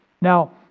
Now